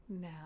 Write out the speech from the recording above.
now